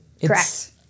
correct